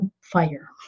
fire